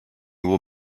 will